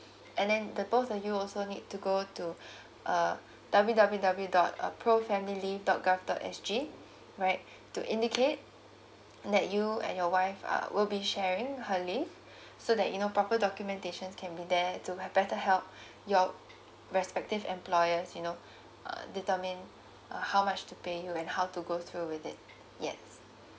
and then the both of you also need to go to uh W W W dot uh profamilyleave dot gov do S_G right to indicate that you and your wife uh will be sharing her leave so that you know proper documentation can be there to have better help your respective employers you know uh determine uh how much to pay you and how to go through with it yes